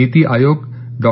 निती Aayog डॉ